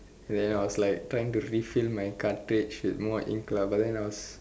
then I was like trying to refill my cartridge with more ink lah but then I was